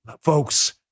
Folks